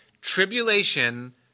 Tribulation